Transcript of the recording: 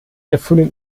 erfüllen